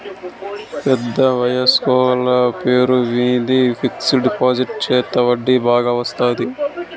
పెద్ద వయసోళ్ల పేరు మీద ఫిక్సడ్ డిపాజిట్ చెత్తే వడ్డీ బాగా వత్తాది